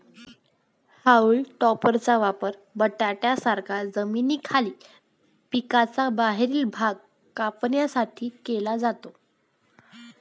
haulm टॉपरचा वापर बटाट्यांसारख्या जमिनीखालील पिकांचा बाहेरील भाग कापण्यासाठी केला जातो